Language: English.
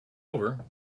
over